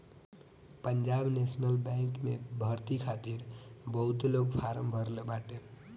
Punjab national bank में भर्ती खातिर बहुते लोग फारम भरले बाटे